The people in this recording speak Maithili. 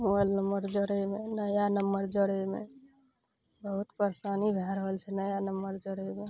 मोबाइल नम्बर जोड़ैमे नया नम्बर जोड़ैमे बहुत परेशानी भए रहल छै नया नम्बर जोड़ैमे